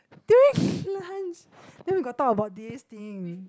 during lunch then we got talk about this thing